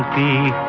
the